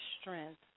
strength